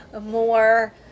more